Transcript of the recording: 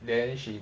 then she